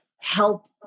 help